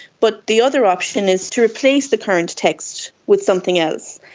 but the other option is to replace the current text with something else.